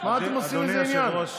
מה אתם עושים מזה עניין?